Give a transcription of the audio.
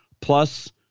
plus